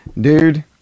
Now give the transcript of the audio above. dude